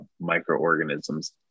microorganisms